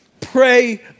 pray